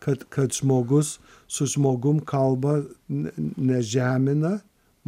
kad kad žmogus su žmogum kalba ne ne žemina